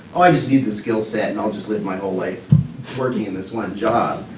i just need the skill set, and i'll just live my whole life working in this one job.